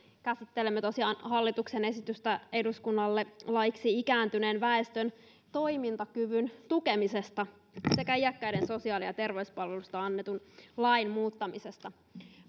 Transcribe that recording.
käsittelemme tosiaan hallituksen esitystä eduskunnalle laiksi ikääntyneen väestön toimintakyvyn tukemisesta sekä iäkkäiden sosiaali ja terveyspalveluista annetun lain muuttamisesta